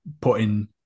putting